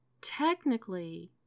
technically